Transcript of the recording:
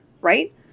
right